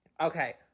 Okay